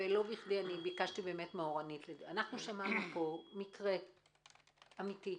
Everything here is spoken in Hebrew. ולא בכדי ביקשתי מאורנית שמענו פה מקרה אמתי,